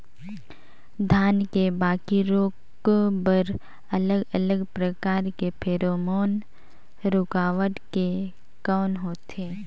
धान के बाकी रोग बर अलग अलग प्रकार के फेरोमोन रूकावट के कौन होथे?